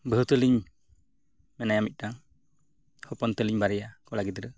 ᱵᱟᱹᱦᱩ ᱛᱟᱹᱞᱤᱧ ᱢᱮᱱᱟᱭᱟ ᱢᱤᱫᱴᱟᱝ ᱦᱚᱯᱚᱱ ᱛᱟᱹᱞᱤᱧ ᱵᱟᱨᱭᱟ ᱠᱚᱲᱟ ᱜᱤᱫᱽᱨᱟᱹ